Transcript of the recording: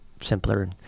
simpler